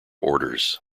orders